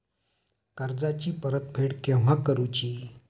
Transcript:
कर्जाची परत फेड केव्हा करुची?